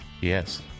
Yes